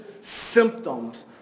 symptoms